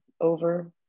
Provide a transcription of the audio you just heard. over